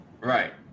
Right